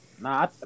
Nah